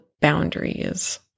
boundaries